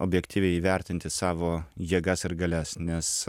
objektyviai įvertinti savo jėgas ir galias nes